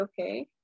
okay